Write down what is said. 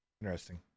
Interesting